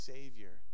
Savior